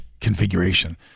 configuration